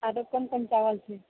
आरो कोन कोन चावल छियै